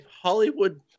Hollywood